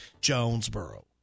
Jonesboro